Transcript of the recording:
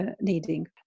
needing